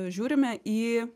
žiūrime į